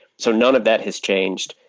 so none of that has changed.